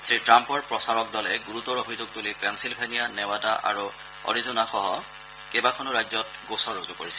শ্ৰীট্টাম্পৰ প্ৰচাৰ দলে গুৰুতৰ অভিযোগ তুলি পেলিলভেনিয়া নেৱাডা আৰু অৰিজোনাসহ কেইবাখনো ৰাজ্যত গোচৰ ৰুজু কৰিছে